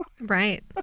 Right